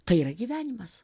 tai yra gyvenimas